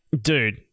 Dude